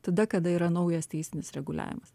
tada kada yra naujas teisinis reguliavimas